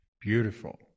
Beautiful